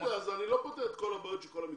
אני לא פותר את כל הבעיות של כל המקצועות.